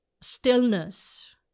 stillness